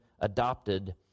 adopted